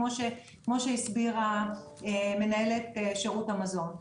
כמו שהסבירה מנהלת שירות המזון.